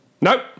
Nope